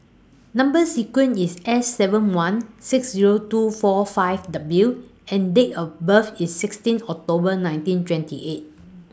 Number sequence IS S seven one six Zero two four five W and Date of birth IS sixteen October nineteen twenty eight